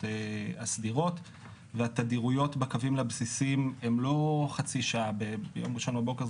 הסדירות והתדירויות בקווים לבסיסים הם לא חצי שעה ביום ראשון בבוקר,